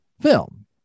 film